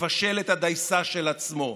מבשל את הדייסה של עצמו.